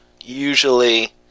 Usually